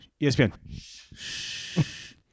ESPN